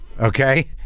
Okay